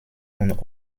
und